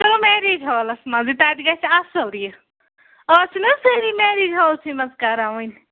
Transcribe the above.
أسۍ کرو میریج ہالَس منٛزی تَتہِ گَژھِ اَصٕل یہِ آز چھِ نہٕ حظ سٲری میریج ہالسٕے منٛز کَران وٕنۍ